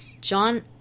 John